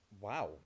wow